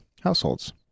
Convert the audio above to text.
households